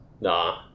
Nah